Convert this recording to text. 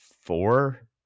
four